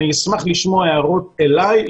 אני אשמח לשמוע הערות אליי,